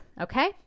Okay